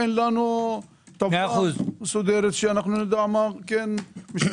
אין לנו טבלה מסודרת שנדע מה כן.